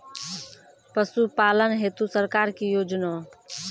पशुपालन हेतु सरकार की योजना?